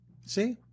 See